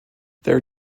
their